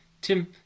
Tim